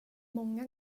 många